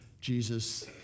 Jesus